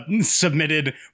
Submitted